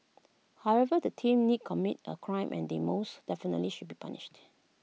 however the team did commit A crime and they most definitely should be punished